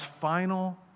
final